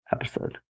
episode